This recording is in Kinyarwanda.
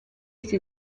iki